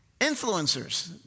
influencers